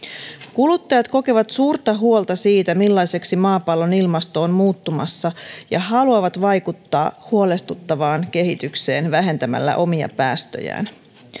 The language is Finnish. kuluttajat kokevat suurta huolta siitä millaiseksi maapallon ilmasto on muuttumassa ja haluavat vaikuttaa huolestuttavaan kehitykseen vähentämällä omia päästöjään